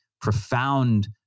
profound